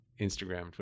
Instagram